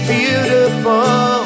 beautiful